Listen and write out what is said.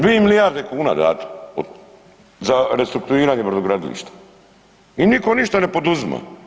2 milijarde kuna dato za restrukturiranje brodogradilišta i nitko ništa ne poduzima.